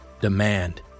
Demand